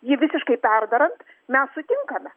jį visiškai perdarant mes sutinkame